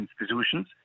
institutions